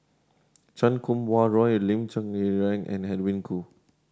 Chan Kum Wah Roy Lim Cherng Yih and Edwin Koo